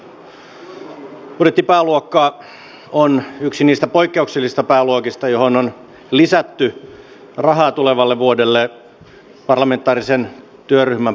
sisäministeriön budjettipääluokka on yksi niistä poikkeuksellisista pääluokista joihin on lisätty rahaa tulevalle vuodelle parlamentaarisen työryhmän pohjalta